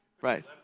Right